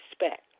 respect